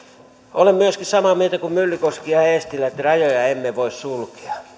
olen myöskin samaa mieltä kuin myllykoski ja ja eestilä että rajoja emme voi sulkea vaan